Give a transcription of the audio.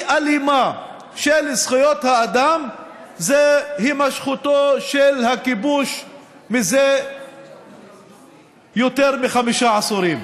אלימה של זכויות האדם היא הימשכותו של הכיבוש זה יותר מחמישה עשורים.